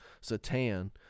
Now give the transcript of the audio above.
Satan